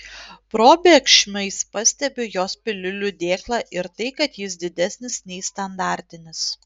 probėgšmais pastebiu jos piliulių dėklą ir tai kad jis didesnis nei standartinis